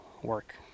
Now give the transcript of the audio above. Work